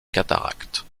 cataracte